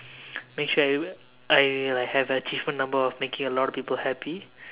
make sure I will I will have an achievement number of making a lot of people happy